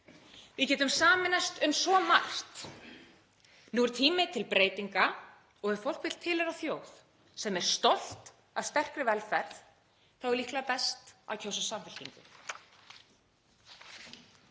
Við getum sameinast um svo margt. Nú er tími til breytinga. Ef fólk vill tilheyra þjóð sem er stolt af sterkri velferð þá er líklega best að kjósa Samfylkinguna.